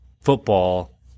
football